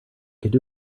could